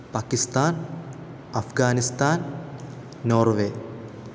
Pakistan Afghanistan Norway